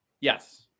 Yes